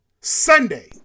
Sunday